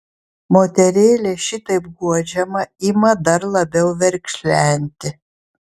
moterėlė šitaip guodžiama ima dar labiau verkšlenti